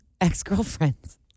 ex-girlfriends